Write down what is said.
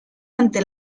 ante